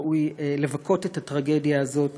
ראוי לבכות את הטרגדיה הזאת